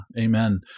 Amen